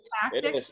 tactic